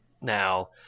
now